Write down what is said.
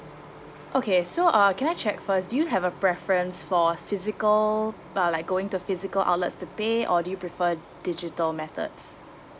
okay so uh can I check first do you have a preference for physical uh like going to physical outlets to pay or do you prefer digital methods